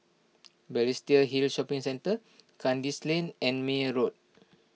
Balestier Hill Shopping Centre Kandis Lane and Meyer Road